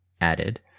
Added